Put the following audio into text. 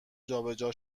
جابجا